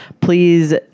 Please